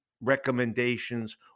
recommendations